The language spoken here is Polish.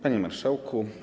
Panie Marszałku!